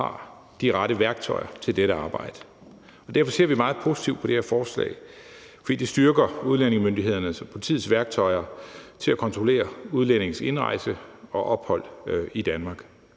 har de rette værktøjer til dette arbejde. Derfor ser vi meget positivt på det her forslag, for det styrker udlændingemyndighedernes og politiets værktøjer til at kontrollere udlændinges indrejse og ophold i Danmark.